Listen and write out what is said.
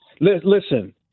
listen